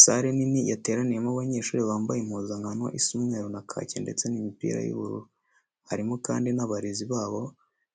Salle nini yateraniyemo abanyeshuri bambaye impuzankano isa umweru na kake ndetse n'imipira y'ubururu. Harimo kandi n'abarezi babo